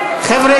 חבר'ה,